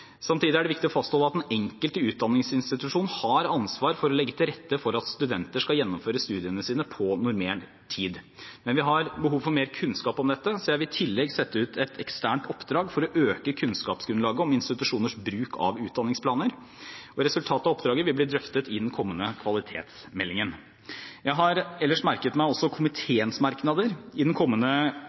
Samtidig er det viktig å fastholde at den enkelte utdanningsinstitusjon har ansvar for å legge til rette for at studenter skal gjennomføre studiene sine på normert tid. Men vi har behov for mer kunnskap om dette, så jeg vil i tillegg sette ut et eksternt oppdrag for å øke kunnskapsgrunnlaget om institusjoners bruk av utdanningsplaner. Resultatet av oppdraget vil bli drøftet i den kommende kvalitetsmeldingen. Jeg har ellers også merket meg komiteens merknader. I den kommende